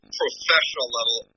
professional-level